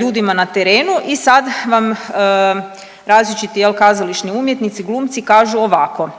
ljudima na terenu i sad vam različiti kazališni umjetnici glumci kažu ovako,